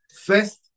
First